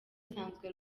asanzwe